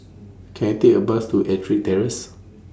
Can I Take A Bus to Ettrick Terrace